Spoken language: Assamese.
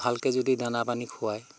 ভালকৈ যদি দানা পানী খুৱায়